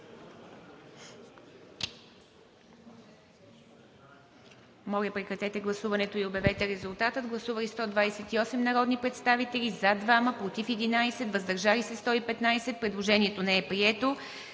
Моля, прекратете гласуването и обявете резултата. Гласували 101 народни представители, за 87, против няма и въздържали се 14. Предложението е прието.